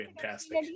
fantastic